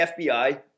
FBI